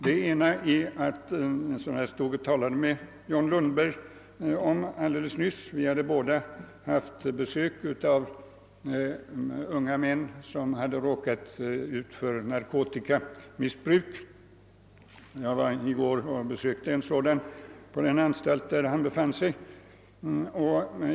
Den ena talade jag med John Lundberg om innan jag gick upp i talarstolen. Vi hade båda haft besök av unga män som givit sig in på narkotikamissbruk. För min del besökte jag i går även en sådan ung man på den anstalt där han befann sig.